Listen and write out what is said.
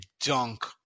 dunk